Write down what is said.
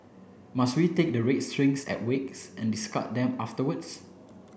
must we take the string at wakes and discard them afterwards